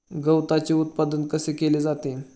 गवताचे उत्पादन कसे केले जाते?